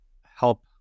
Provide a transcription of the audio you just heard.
help